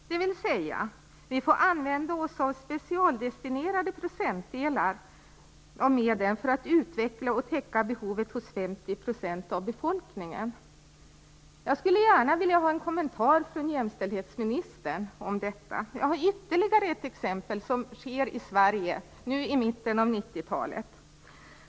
Dvs., vi får använda oss av specialdestinerade procentdelar av medlen för att utveckla och täcka behovet hos 50 % av befolkningen. Jag skulle gärna vilja ha en kommentar från jämställdhetsministern om detta. Jag har ytterligare ett exempel som skett i Sverige nu i mitten av 90-talet.